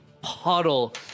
puddle